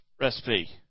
recipe